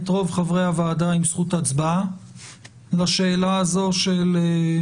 את רוב חברי הוועדה עם זכות ההצבעה לשאלה של ההתחשבות